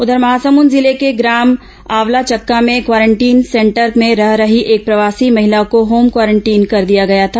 उधर महासमुंद जिले के ग्राम आवलाचक्का में क्वारेंटाइन सेंटर में रह रही एक प्रवासी महिला को होम क्वारेंटाइन कर दिया गया था